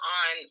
on